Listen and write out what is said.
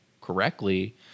correctly